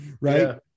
right